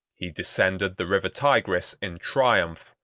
he descended the river tigris in triumph,